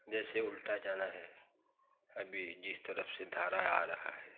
जैसे उल्टा जाना है अभी जिस तरफ से धारा आ रहा है